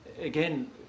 Again